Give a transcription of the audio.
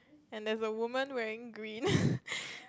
and there's a woman wearing green